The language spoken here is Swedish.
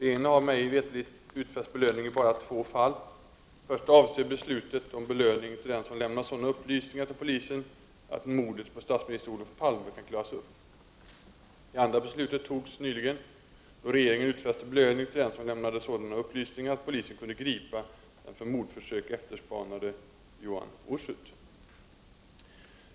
Regeringen har mig veterligt utfäst belöning bara i två fall. Det första avser beslutet om belöning till den som lämnar sådana upplysningar till polisen att mordet på statsminister Olof Palme kan klaras upp. Det andra beslutet togs nyligen då regeringen utfäste belöning till den som lämnade sådana upplysningar att polisen kunde gripa den för mordförsök efterspanade Ioan Ursut.